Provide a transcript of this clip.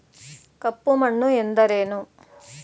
ಕಪ್ಪು ಮಣ್ಣು ಎಂದರೇನು?